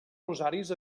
rosaris